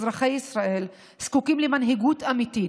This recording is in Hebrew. אזרחי ישראל זקוקים למנהיגות אמיתית.